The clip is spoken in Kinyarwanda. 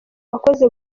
wakoze